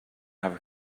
have